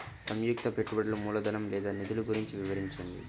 సంయుక్త పెట్టుబడులు మూలధనం లేదా నిధులు గురించి వివరించండి?